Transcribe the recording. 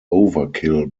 overkill